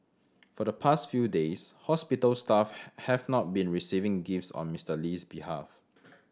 for the past few days hospital staff have not been receiving gifts on Mister Lee's behalf